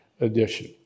edition